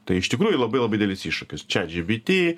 tai iš tikrųjų labai labai didelis iššūkis chat gpt